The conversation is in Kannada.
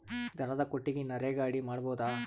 ದನದ ಕೊಟ್ಟಿಗಿ ನರೆಗಾ ಅಡಿ ಮಾಡಬಹುದಾ?